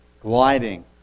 gliding